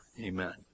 Amen